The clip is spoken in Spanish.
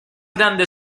grande